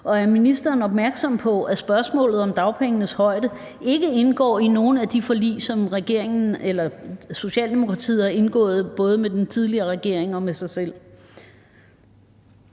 Og er ministeren opmærksom på, at spørgsmålet om dagpengenes højde ikke indgår i nogen af de forlig, som Socialdemokratiet har indgået, både med den tidligere regering og med sig selv?